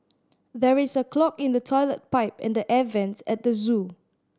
there is a clog in the toilet pipe and the air vents at the zoo